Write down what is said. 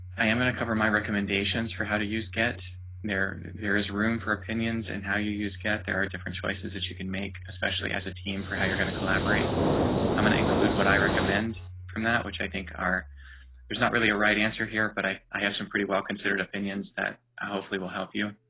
i am going to cover my recommendations for how to use get there. there is room for opinions and how you use cat. there are different choices that you can make, especially as a team for how you're going to collaborate jeff terrell i'm going to include what i recommend from that which i think are there's not really a right answer here, but i i have some pretty well considered opinions that hopefully will help you